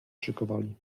szykowali